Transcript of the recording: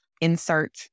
insert